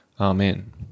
Amen